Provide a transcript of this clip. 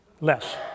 less